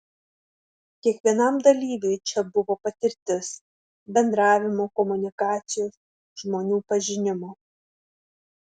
kiekvienam dalyviui čia buvo patirtis bendravimo komunikacijos žmonių pažinimo